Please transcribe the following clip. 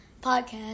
podcast